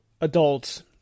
adults